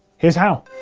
here's how.